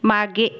मागे